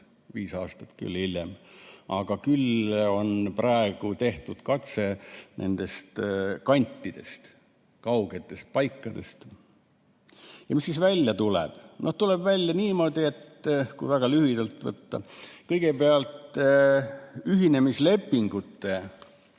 viis aastat hiljem. Küll on praegu tehtud katse nendest kantidest, kaugetest paikadest. Ja mis siis välja tuleb? Tuleb välja niimoodi, kui väga lühidalt võtta, et kõigepealt ühinemislepingute